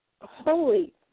Holy